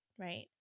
right